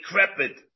decrepit